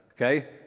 okay